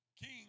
King